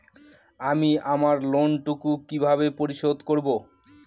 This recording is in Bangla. আমি আমার লোন টুকু কিভাবে পরিশোধ করব?